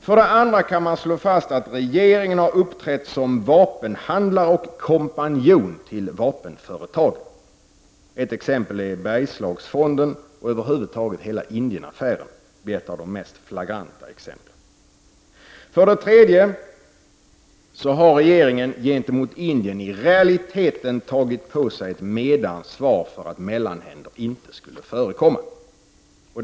För det andra kan man slå fast att regeringen har uppträtt som vapenhandlare och kompanjon till vapenföretagen. Ett av de mest flagranta exemplen är Bergslagsfonden och över huvud taget hela Indienaffären. För det tredje har regeringen gentemot Indien i realiteten tagit på sig ett medansvar för att mellanhänder inte skulle förekomma.